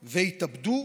והתאבדו.